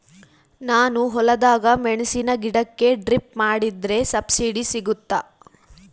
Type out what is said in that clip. ನಾನು ಹೊಲದಾಗ ಮೆಣಸಿನ ಗಿಡಕ್ಕೆ ಡ್ರಿಪ್ ಮಾಡಿದ್ರೆ ಸಬ್ಸಿಡಿ ಸಿಗುತ್ತಾ?